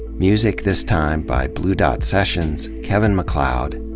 music this time by blue dot sessions, kevin maccleod,